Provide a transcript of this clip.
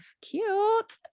cute